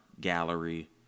Gallery